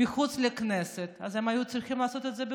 מחוץ לכנסת אז הם היו צריכים לעשות את זה בכנסת.